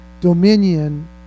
dominion